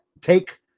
take